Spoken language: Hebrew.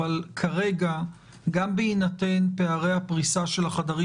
אבל כרגע גם בהינתן פערי הפריסה של החדרים